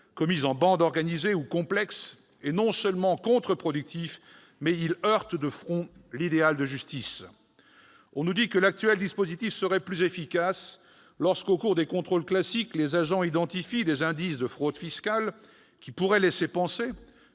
commise en bande organisée ou complexe est contre-productif, mais il heurte de front l'idéal de justice. On nous dit que l'actuel dispositif serait plus efficace lorsque, au cours des contrôles classiques, les agents identifient des indices de fraude fiscale qui pourraient laisser penser